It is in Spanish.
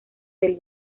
del